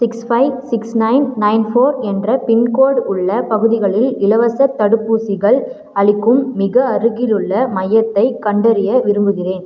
six five six nine nine four என்ற pin code உள்ள பகுதிகளில் இலவச தடுப்பூசிகள் அளிக்கும் மிக அருகிலுள்ள மையத்தை கண்டறிய விரும்புகிறேன்